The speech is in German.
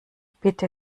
bitte